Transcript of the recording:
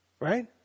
Right